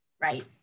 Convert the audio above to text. Right